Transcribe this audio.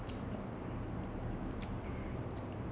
அப்புறம்:appuram is there any other prompts